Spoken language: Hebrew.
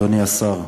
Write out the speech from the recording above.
אדוני השר,